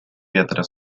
ветры